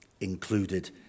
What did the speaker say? included